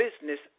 business